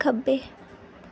ਖੱਬੇ